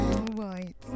Right